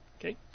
Okay